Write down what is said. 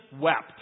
wept